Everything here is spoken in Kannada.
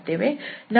ನಮ್ಮ ಮೇಲ್ಮೈಯು fxyzC